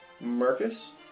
Marcus